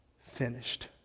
finished